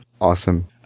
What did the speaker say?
Awesome